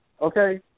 okay